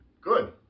good